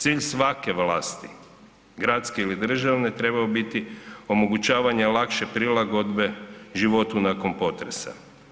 Cilj svake vlasti gradske ili državne trebao bi biti omogućavanje lakše prilagodbe životu nakon potresa.